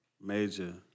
Major